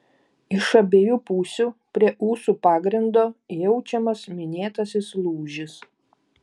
iš abiejų pusių prie ūsų pagrindo jaučiamas minėtasis lūžis